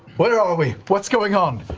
but are are we what's going on?